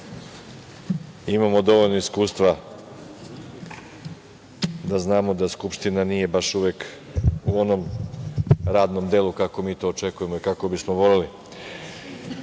Imamo dovoljno iskustva da znamo da Skupština nije baš uvek u onom radnom delu, kako mi to očekujemo i kako bismo voleli. Danas